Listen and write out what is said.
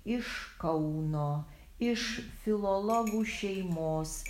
iš kauno iš filologų šeimos